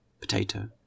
potato